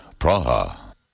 Praha